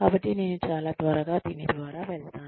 కాబట్టి నేను చాలా త్వరగా దీని ద్వారా వెళ్తాను